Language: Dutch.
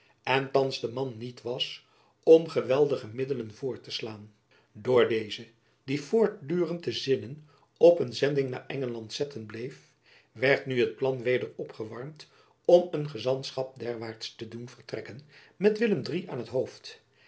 en althands de man niet was om geweldige middelen voor te slaan door dezen die voortdurend de zinnen op een zending naar engeland zetten bleef werd nu het plan weder opgewarmd om een gezantschap derwaarts te doen vertrekken met willem iii aan t hoofd